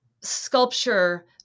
sculpture